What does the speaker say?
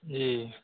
जी